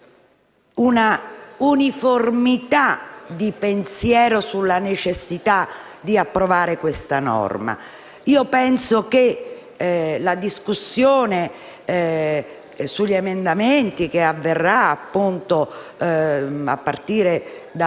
una uniformità di pensiero sulla necessità di approvare questa normativa. Io penso che la discussione sugli emendamenti, che avverrà a partire da